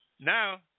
Now